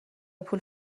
پول